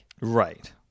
right